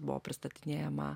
buvo pristatinėjama